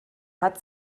hat